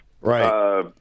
Right